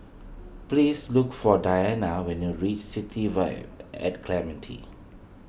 please look for Diana when you reach City Vibe at Clementi